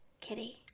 Kitty